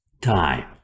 time